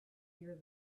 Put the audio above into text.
hear